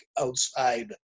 outside